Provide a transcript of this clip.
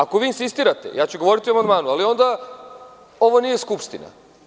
Ako vi insistirate, ja ću govoriti o amandmanu, ali onda ovo nije Skupština.